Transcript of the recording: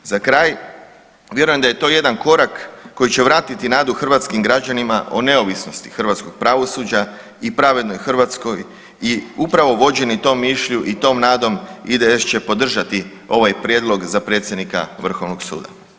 Za kraj, vjerujem da je to jedan korak koji će vratiti nadu hrvatskim građanima o neovisnosti hrvatskog pravosuđa i pravednoj Hrvatskoj i upravo vođeni tom mišlju i tom nadom IDS će podržati ovaj prijedlog za predsjednika vrhovnog suda.